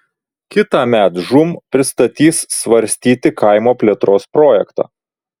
kitąmet žūm pristatys svarstyti kaimo plėtros projektą